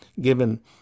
given